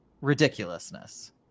ridiculousness